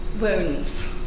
Wounds